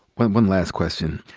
one one last question.